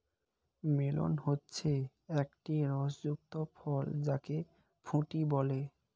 melon হচ্ছে একটি রস যুক্ত ফল যাকে ফুটি বলে